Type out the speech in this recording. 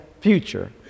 future